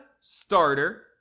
starter